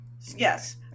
Yes